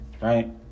Right